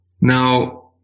Now